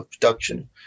production